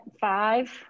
five